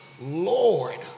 Lord